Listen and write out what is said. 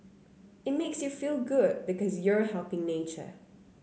it makes you feel good because you're helping nature